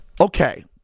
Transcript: Okay